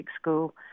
school